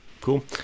Cool